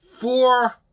four